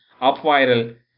Upviral